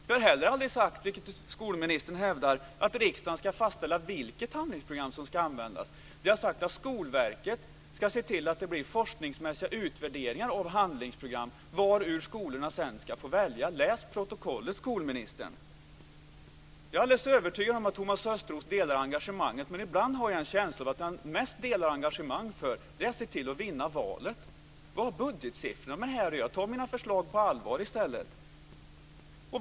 Jag har heller aldrig sagt, vilket skolministern hävdar, att riksdagen ska fastställa vilket handlingsprogram som ska användas. Det jag har sagt är att Skolverket ska se till att det görs forskningsmässiga utvärderingar av handlingsprogram, varur skolorna sedan ska få välja. Läs protokollet, skolministern. Jag är alldeles övertygad om att Thomas Östros delar engagemanget, men ibland har jag en känsla av att det han känner mest engagemang för är att vinna valet. Vad har budgetsiffrorna med detta att göra? Ta mina förslag på allvar i stället.